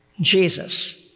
Jesus